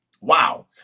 Wow